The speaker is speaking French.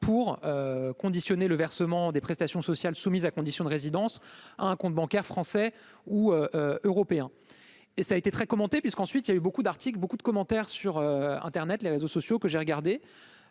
pour conditionner le versement des prestations sociales soumise à condition de résidence à un compte bancaire français ou européen et ça a été très commentés puisqu'ensuite, il y a eu beaucoup d'articles, beaucoup de commentaires sur Internet, les réseaux sociaux que j'ai regardé